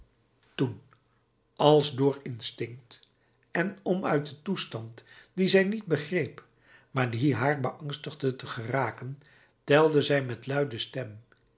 toen als door instinct en om uit den toestand dien zij niet begreep maar die haar beangstigde te geraken telde zij met luide stem